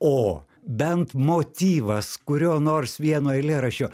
o bent motyvas kurio nors vieno eilėraščio